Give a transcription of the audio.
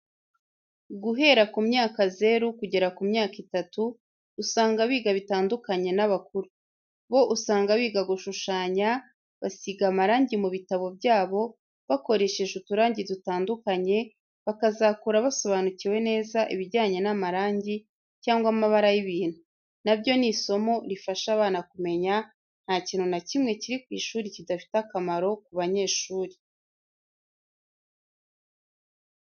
Guhera kumyaka zero kugeza ku myaka itatu, usanga biga bitandukanye n'abakuru. Bo usanga biga gushushanya, basiga amarangi mu bitabo byabo, bakoresheje uturangi dutandukanye, bakazakura basobanukiwe neza ibijyanye n'amarangi cyangwa amabara y'ibintu. Na byo ni isomo rifasha abana kumenya. Nta kintu na kimwe kiri ku ishuri kidafite akamaro ku banyeshuri.